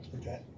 Okay